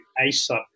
ASAP